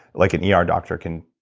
like an yeah er doctor can,